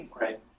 Right